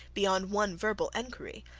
beyond one verbal enquiry,